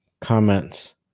comments